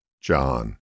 John